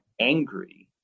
angry